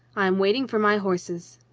i am waiting for my horses.